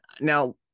Now